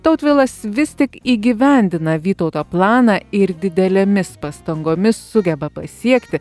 tautvilas vis tik įgyvendina vytauto planą ir didelėmis pastangomis sugeba pasiekti